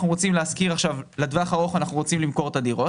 רוצים להשכיר עכשיו לטווח הארוך או אנחנו רוצים למכור את הדירות.